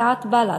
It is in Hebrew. סיעת בל"ד,